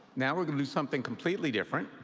now we're going to do something completely different.